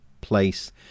place